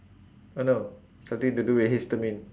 oh no something to do with histamine